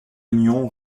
union